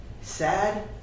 Sad